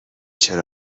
چرا